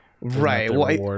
Right